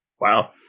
Wow